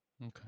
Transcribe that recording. okay